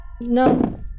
No